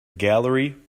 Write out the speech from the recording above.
gallery